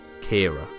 Kira